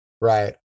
Right